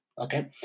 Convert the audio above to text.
okay